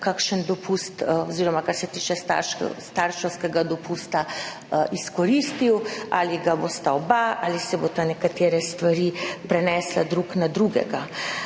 kakšen dopust oziroma kar se tiče starševskega dopusta, ali ga bosta oba ali bosta nekatere stvari prenesla drug na drugega.